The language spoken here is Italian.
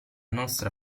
nostra